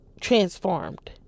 transformed